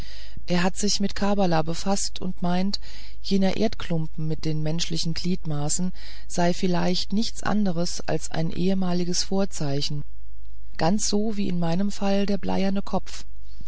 er hat sich mit kabbala befaßt und meint jener erdklumpen mit den menschlichen gliedmaßen sei vielleicht nichts anderes als ein ehemaliges vorzeichen ganz so wie in meinem fall der bleierne kopf